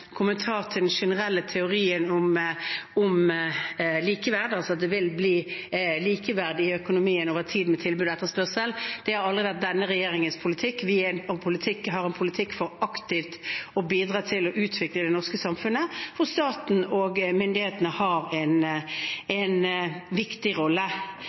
kommentar til den generelle teorien om likeverd, altså at det vil bli likeverd i økonomien over tid med tilbud og etterspørsel. Det har aldri vært denne regjeringens politikk. Vi har en politikk for aktivt å bidra til å utvikle det norske samfunnet, hvor staten og myndighetene har en viktig rolle.